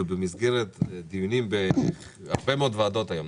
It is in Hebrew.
במסגרת דיונים והרבה מאוד ועדות היום,